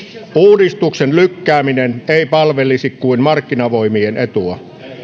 uudistuksen lykkääminen ei palvelisi kuin markkinavoimien etua